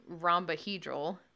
rhombohedral